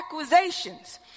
accusations